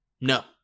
No